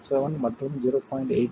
67 மற்றும் 0